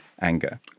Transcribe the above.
anger